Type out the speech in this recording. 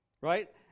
Right